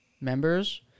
members